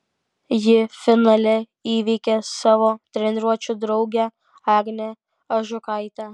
ji finale įveikė savo treniruočių draugę agnę ažukaitę